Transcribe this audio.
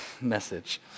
message